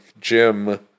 Jim